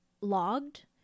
logged